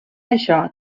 això